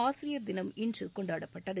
ஆசிரியர் தினம் இன்றுகொண்டாடப்பட்டது